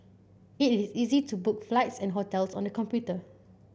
it is easy to book flights and hotels on the computer